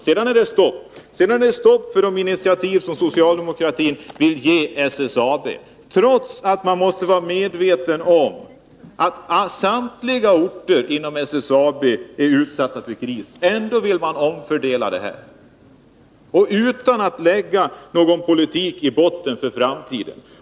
Sedan är det stopp för initiativ som socialdemokratin vill föreslå SSAB. Och detta trots att man måste vara medveten om att samtliga orter som berörs av SSAB:s verksamhet är utsatta för kris. Ändå vill man ha en omfördelning utan att lägga fast en politik för framtiden.